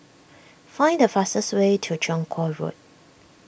find the fastest way to Chong Kuo Road